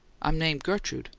i'm name' gertrude.